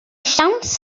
siawns